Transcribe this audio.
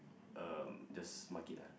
uh just mark it lah